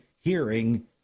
hearing